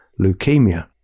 leukemia